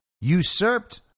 usurped